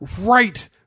right